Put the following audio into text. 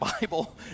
Bible